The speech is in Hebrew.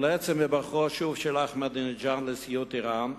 ולעצם היבחרו שוב של אחמדינג'אד לנשיאות אירן,